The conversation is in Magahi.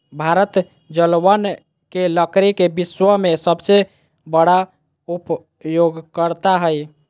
भारत जलावन के लकड़ी के विश्व में सबसे बड़ा उपयोगकर्ता हइ